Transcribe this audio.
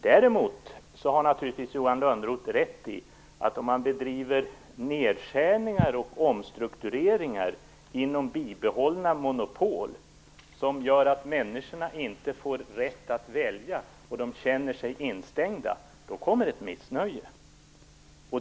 Däremot har naturligtvis Johan Lönnroth rätt i att om man genomför nedskärningar och omstruktureringar inom bibehållna monopol, som gör att människorna inte får rätt att välja och känner sig instängda, då kommer ett missnöje.